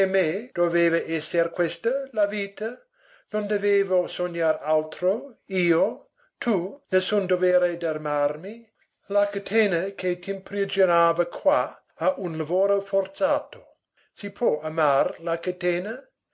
doveva esser questa la vita non dovevo sognar altro io tu nessun dovere d'amarmi la catena che t'imprigionava qua a un lavoro forzato si può amar la